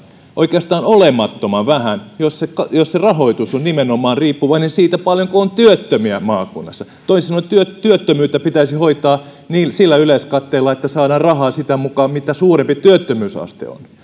oikeastaan olemattoman vähän jos se rahoitus on riippuvainen nimenomaan siitä paljonko on työttömiä maakunnassa toisin sanoen työttömyyttä pitäisi hoitaa sillä yleiskatteella että saadaan rahaa sitä mukaa mitä suurempi työttömyysaste on